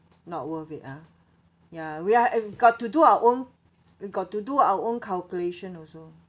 not worth it ah ya we're a~ got to do our own we've got to do our own calculation also